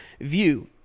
view